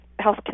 health